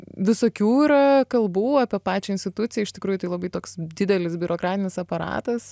visokių yra kalbų apie pačią instituciją iš tikrųjų tai labai toks didelis biurokratinis aparatas